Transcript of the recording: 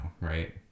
right